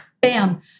Bam